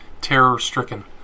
terror-stricken